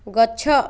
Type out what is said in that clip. ଗଛ